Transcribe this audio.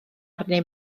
arni